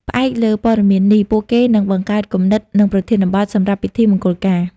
ផ្អែកលើព័ត៌មាននេះ ពួកគេនឹង បង្កើតគំនិត និងប្រធានបទ សម្រាប់ពិធីមង្គលការ។